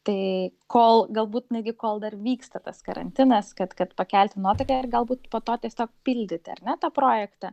tai kol galbūt netgi kol dar vyksta tas karantinas kad kad pakelti nuotaiką ir galbūt po to tiesiog pildyti ar ne tą projektą